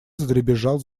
задребезжал